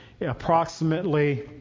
approximately